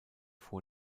vor